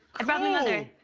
i brought my mother.